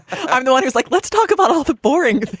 um know what it's like let's talk about all the boring